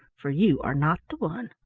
for you are not the one.